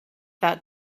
that